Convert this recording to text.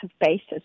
basis